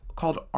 called